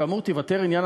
כמפורט בסעיף.